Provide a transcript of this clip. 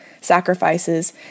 sacrifices